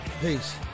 Peace